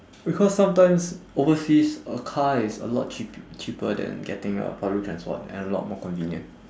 because sometimes overseas a car is a lot cheap~ cheaper than getting uh public transport and a lot more convenient